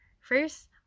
First